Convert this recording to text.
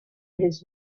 his